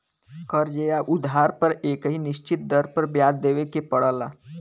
कर्ज़ या उधार पर एक निश्चित दर पर ब्याज देवे के पड़ला